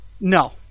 No